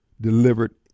delivered